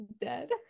dead